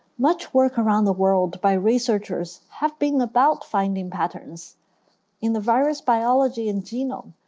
much work around the world by researchers have been about finding patterns in the virus biology and genome,